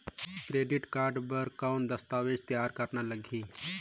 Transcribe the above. Credit card बर कौन दस्तावेज तैयार लगही?